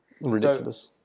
Ridiculous